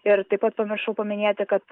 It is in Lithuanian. ir taip pat pamiršau paminėti kad